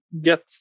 get